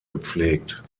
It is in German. gepflegt